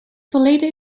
verleden